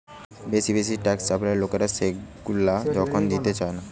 বেশি বেশি ট্যাক্স চাপালে লোকরা সেগুলা যখন দিতে চায়না